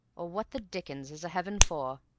or what the dickens is a heaven for?